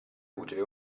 utile